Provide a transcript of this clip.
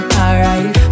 alright